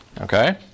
Okay